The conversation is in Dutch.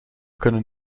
kunnen